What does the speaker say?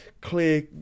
clear